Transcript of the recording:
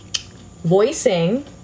voicing